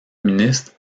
ministre